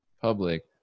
public